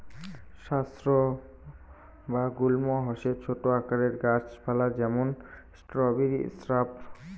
shrub বা গুল্ম হসে ছোট আকারের গাছ পালা যেমন স্ট্রবেরি স্রাব